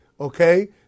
okay